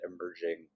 emerging